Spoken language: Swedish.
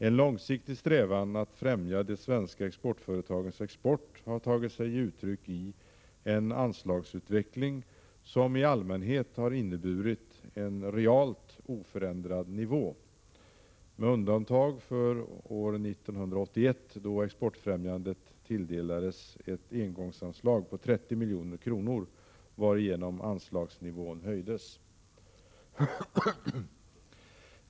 En långsiktig strävan att främja de svenska exportföretagens export har tagit sig uttryck i en anslagsutveckling, som i allmänhet har inneburit en realt oförändrad nivå, med undantag för år 1981 då exportfrämjandet tilldelades ett engångsanslag på 30 milj.kr., varigenom anslagsnivån höjdes.